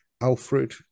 alfred